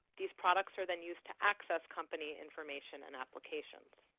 these products are then used to access company information and applications.